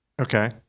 Okay